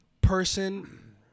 person